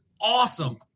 awesome